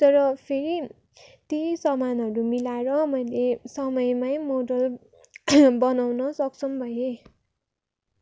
तर फेरि त्यही समानहरू मिलाएर मैले समयमै मोडल बनाउन सक्षम भएँ